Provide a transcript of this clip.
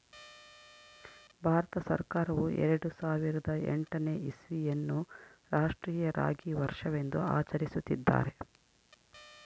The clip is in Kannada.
ಭಾರತ ಸರ್ಕಾರವು ಎರೆಡು ಸಾವಿರದ ಎಂಟನೇ ಇಸ್ವಿಯನ್ನು ಅನ್ನು ರಾಷ್ಟ್ರೀಯ ರಾಗಿ ವರ್ಷವೆಂದು ಆಚರಿಸುತ್ತಿದ್ದಾರೆ